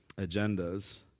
Agendas